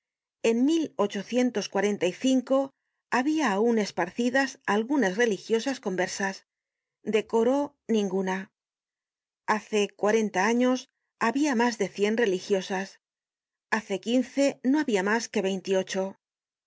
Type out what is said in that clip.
en habia aun esparcidas algunas religiosas conversas de coro ninguna hace cuarenta años habia mas de cien religiosas hace quinceno habia mas que veintiocho